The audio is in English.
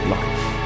life